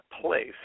place